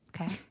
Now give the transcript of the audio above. Okay